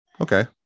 Okay